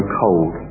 cold